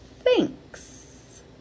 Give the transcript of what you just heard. Thanks